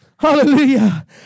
Hallelujah